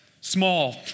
small